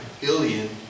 billion